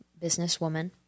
businesswoman